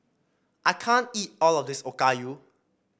I can't eat all of this Okayu